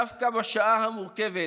דווקא בשעה המורכבת